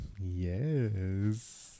Yes